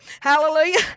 Hallelujah